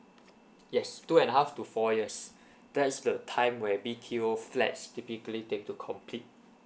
yes two and a half to four years that's the time where B_T_O flats typically take to complete